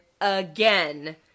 again